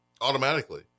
automatically